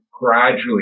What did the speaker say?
gradually